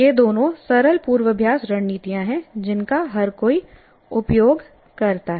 ये दोनों सरल पूर्वाभ्यास रणनीतियाँ हैं जिनका हर कोई उपयोग करता है